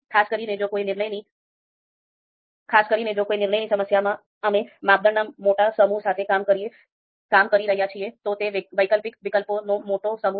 ખાસ કરીને જો કોઈ નિર્ણયની સમસ્યામાં અમે માપદંડના મોટા સમૂહ સાથે કામ કરી રહ્યા છીએ તો તે વૈકલ્પિક વિકલ્પોનો મોટો સમૂહ છે